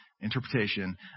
interpretation